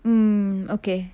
mm okay